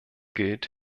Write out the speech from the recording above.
gilt